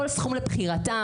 כל סכום לבחירתם,